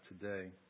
today